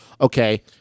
Okay